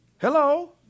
Hello